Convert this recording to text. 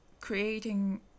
creating